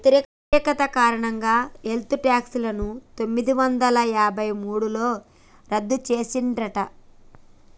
వ్యతిరేకత కారణంగా wealth tax ని పందొమ్మిది వందల యాభై మూడులో రద్దు చేసిండ్రట